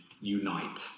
unite